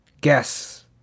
guess